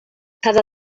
cada